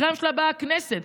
אחרי הממשלה באה הכנסת.